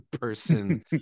person